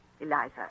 Eliza